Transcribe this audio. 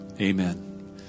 amen